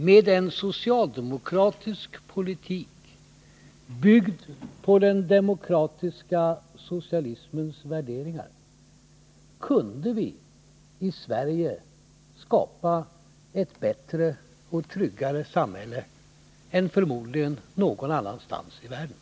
Med en socialdemokratisk politik, byggd på den demokratiska socialismens värderingar, kunde vi i Sverige skapa ett bättre och tryggare samhälle än förmodligen någon annanstans i världen.